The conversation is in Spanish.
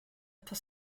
está